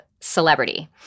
celebrity